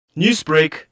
Newsbreak